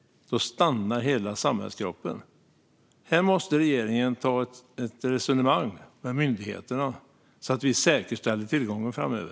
Då stannar hela samhällskroppen. Här måste regeringen ta ett resonemang med myndigheterna så att vi säkerställer tillgången framöver.